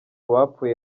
bapfuye